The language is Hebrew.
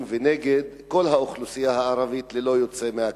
ונגד כל האוכלוסייה הערבית ללא יוצא מהכלל.